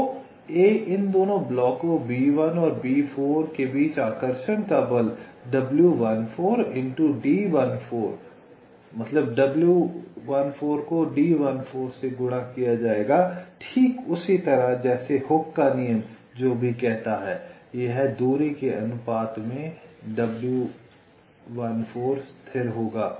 तो इन दोनों ब्लॉकों B1 और B4 के बीच आकर्षण का बल w14 को d14 से गुणा किया जाएगा ठीक उसी तरह जैसे हुक का नियम जो भी कहता है यह दूरी के अनुपात में w14 स्थिर होगा